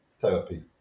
therapy